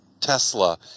Tesla